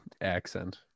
accent